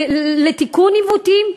לתיקון עיוותים.